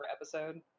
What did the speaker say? episode